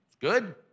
Good